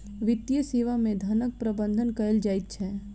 वित्तीय सेवा मे धनक प्रबंध कयल जाइत छै